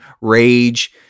Rage